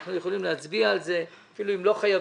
על זה אנחנו יכולים להצביע אפילו אם לא חייבים,